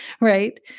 right